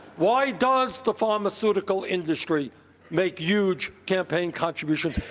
why does the pharmaceutical industry make huge campaign contributions?